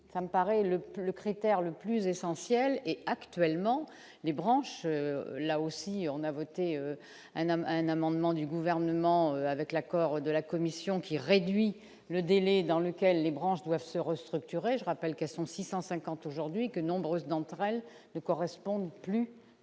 ça me paraît le plus le critère le plus essentiel et actuellement les branches, là aussi, on a voté un homme, un amendement du gouvernement avec l'accord de la Commission, qui réduit le délai dans lequel les branches doivent se restructure et je rappelle qu'elles sont 650 aujourd'hui que nombre d'entre elles ne correspondent plus